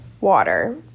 water